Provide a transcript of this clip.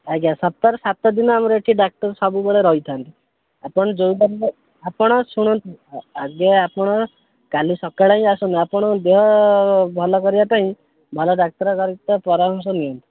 ଆଜ୍ଞା ସପ୍ତାହରେ ସାତଦିନ ଆମର ଏଠି ଡାକ୍ତର ସବୁବେଳେ ରହିଥାନ୍ତି ଆପଣ ଯେଉଁ ଟାଇମରେ ଆପଣ ଶୁଣନ୍ତୁ ଆଗେ ଆପଣ କାଲି ସକାଳେ ହିଁ ଆସନ୍ତୁ ଆପଣଙ୍କ ଦେହ ଭଲ କରିବା ପାଇଁ ଭଲ ଡାକ୍ତରଙ୍କ ସହ ପରାମର୍ଶ ନିଅନ୍ତୁ